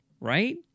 right